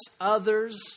others